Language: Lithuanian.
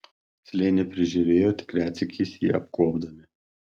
slėnį prižiūrėjo tik retsykiais jį apkuopdami